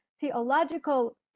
theological